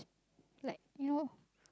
like you know